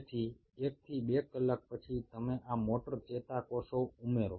તેથી 1 થી 2 કલાક પછી તમે આ મોટર ચેતાકોષો ઉમેરો